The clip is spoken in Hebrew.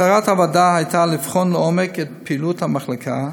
מטרת הוועדה הייתה לבחון לעומק את פעילות המחלקה,